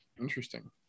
Interesting